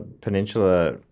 Peninsula